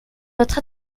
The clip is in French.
votre